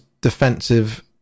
defensive